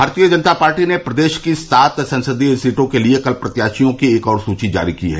भारतीय जनता पार्टी ने प्रदेश की सात संसदीय सीटों के लिये कल प्रत्याशियों की एक और सूची जारी की है